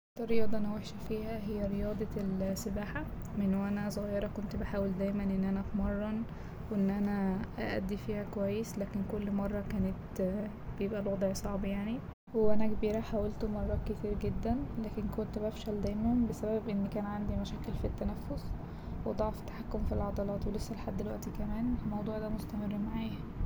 أكتر رياضة أنا وحشه فيها هي رياضة السباحة من وأنا صغيرة كنت بحاول دايما إن أنا أتمرن وان أنا أادي فيها كويس لكن كل مرة كانت بيبقى الوضع صعب يعني و وأنا كبيرة حاولت مرات كتير جدا لكن كنت بفشل دايما بسبب إن كان عندي مشاكل في التنفس وضعف تحكم في العضلات ولسه لحد دلوقتي كمان الموضوع ده مستمر معايا.